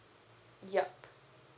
yup